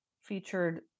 featured